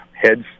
heads